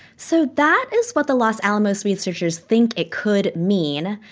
so that is what the los alamos researchers think it could mean.